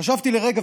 חשבתי לרגע,